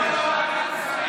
למה לא ועדת,